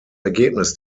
ergebnis